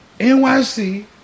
NYC